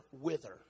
wither